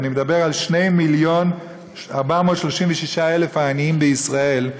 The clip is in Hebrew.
אני מדבר על 2 מיליון ו-436,000 העניים בישראל,